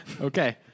Okay